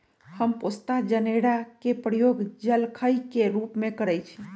हम पोस्ता जनेरा के प्रयोग जलखइ के रूप में करइछि